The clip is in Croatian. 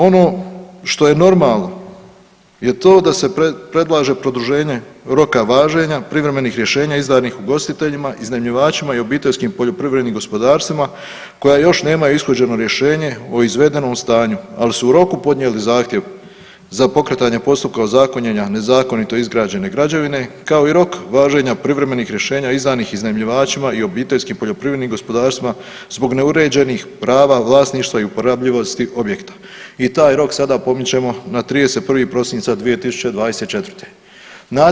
Ono što je normalno je to da se predlaže produženje roka važenja privremenih rješenja izdanih ugostiteljima, iznajmljivačima i obiteljskim poljoprivrednim gospodarstvima koja još nemaju ishođeno rješenje o izvedenom stanju, ali su u roku podnijeli zahtjev za pokretanje postupka ozakonjenja nezakonito izgrađene građevine, kao i rok važenja privremenih rješenja izdanih iznajmljivačima i obiteljskim poljoprivrednim gospodarstvima zbog neuređenih prava vlasništva i uporabljivosti objekta i taj rok sada pomičemo na 31. prosinca 2021. godine.